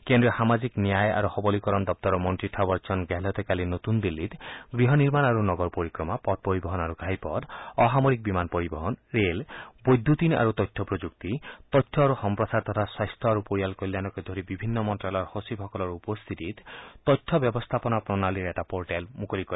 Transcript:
কেন্দ্ৰীয় সামাজিক ন্যায় আৰু সবলিকৰণ দপ্তৰৰ মন্নী থাৱৰচন্দ গেহলটে কালি নতুন দিল্লীত গৃহ নিৰ্মাণ আৰু নগৰ পৰিক্ৰমা পথ পৰিবহন আৰু ঘাইপথ অসামৰিক বিমান পৰিবহন ৰেল বৈদ্যুতিন আৰু তথ্য প্ৰযুক্তি তথ্য আৰু সম্প্ৰচাৰ তথা স্বাস্থ্য আৰু পৰিয়াল কল্যাণকে ধৰি বিভিন্ন মন্ত্যালয়ৰ সচিবসকলৰ উপস্থিতিত তথ্য ব্যৱস্থাপনা প্ৰণালীৰ এটা পৰ্টেল মুকলি কৰে